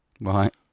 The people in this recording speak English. Right